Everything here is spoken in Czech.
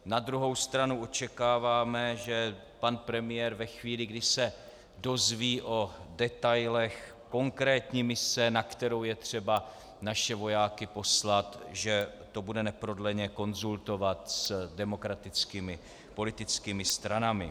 Na druhou stranu očekáváme, že to pan premiér ve chvíli, kdy se dozví o detailech konkrétní mise, na kterou je třeba naše vojáky vyslat, bude neprodleně konzultovat s demokratickými politickými stranami.